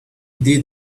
did